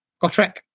Gotrek